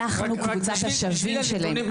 אנחנו קבוצת השווים שלהם.